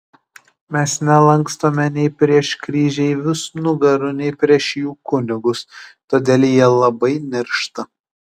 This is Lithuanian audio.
mes nelankstome nei prieš kryžeivius nugarų nei prieš jų kunigus todėl jie labai niršta